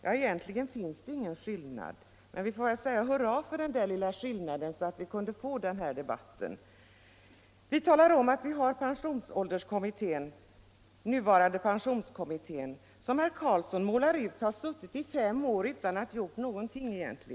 Ja, egentligen finns det ingen skillnad alls, men jag vill ändå ropa hurra för den lilla skillnaden, så att vi kunnat få den här debatten. Vi talar i betänkandet om att vi har f. d. pensionsålderskommittén, dvs. den nuvarande pensionskommittén, som herr Carlsson beskriver så, att den skulle ha suttit i fem år utan att egentligen ha gjort någonting.